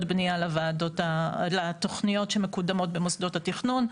בנייה לתוכניות שמקודמות במוסדות התכנון.